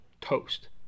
toast